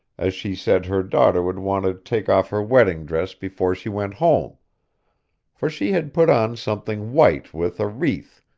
as she said her daughter would want to take off her wedding dress before she went home for she had put on something white with a wreath,